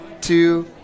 two